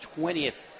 20th